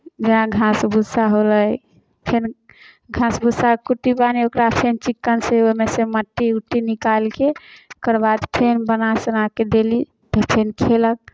जेना घास भुस्सा होलय फेर घास भुस्सा कुट्टी पानि ओकरा फेर चिक्कनसँ ओहिमे सँ मट्टी उट्टी निकालि कऽ तकर बाद फेर बना सोना कऽ देली फेर खयलक